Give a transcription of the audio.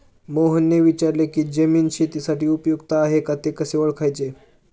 मोहनने विचारले की जमीन शेतीसाठी उपयुक्त आहे का ते कसे ओळखायचे?